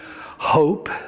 hope